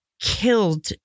Killed